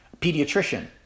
pediatrician